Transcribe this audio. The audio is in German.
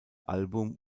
album